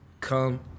come